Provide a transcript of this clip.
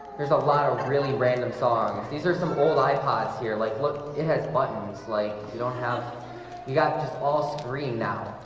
there's a lot of really random songs, these are some old ipods here like look it has buttons like you don't have you got just all scream now,